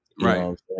Right